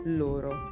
loro